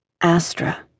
Astra